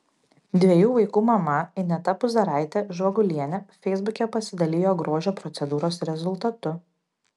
dviejų vaikų mama ineta puzaraitė žvagulienė feisbuke pasidalijo grožio procedūros rezultatu